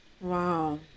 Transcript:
Wow